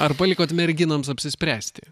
ar palikot merginoms apsispręsti